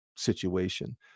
situation